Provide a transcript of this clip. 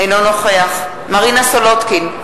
אינו נוכח מרינה סולודקין,